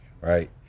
right